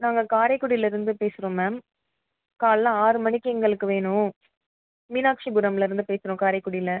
நாங்கள் காரைக்குடியில இருந்து பேசுகிறோம் மேம் காலைல ஆறு மணிக்கு எங்களுக்கு வேணும் மீனாக்ஷிபுரம்ல இருந்து பேசுகிறோம் காரைக்குடியில